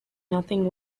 nothing